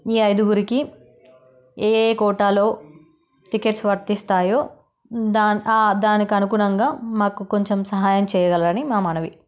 ఈ అయిదుగురికి ఏయే కోటాలో టికెట్స్ వర్తిస్తాయో దానికి అనుగుణంగా మాకు కొంచెం సహాయం చేయగలరని మా మనవి